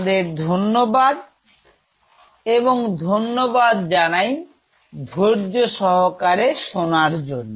তোমাদের ধন্যবাদ এবং ধন্যবাদ জানাই ধৈর্য সহকারে শোনার জন্য